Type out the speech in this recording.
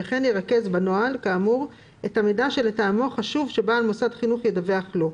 וכן ירכז בנוהל כאמור את המידע שלטעמו חשוב שבעל מוסד חינוך ידווח לו,